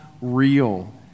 real